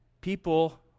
people